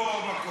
באותו מקום?